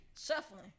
shuffling